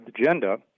agenda